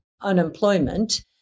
unemployment